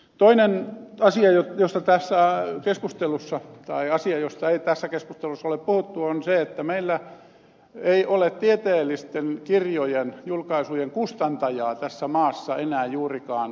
toinen asia josta päässään keskustelussa tai asia josta ei tässä keskustelussa ole puhuttu on se että meillä ei ole tieteellisten kirjojen julkaisujen kustantajaa tässä maassa enää juurikaan